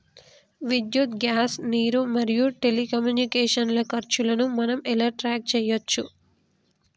విద్యుత్ గ్యాస్ నీరు మరియు టెలికమ్యూనికేషన్ల ఖర్చులను మనం ఎలా ట్రాక్ చేయచ్చు?